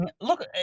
look